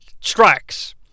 strikes